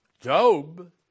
Job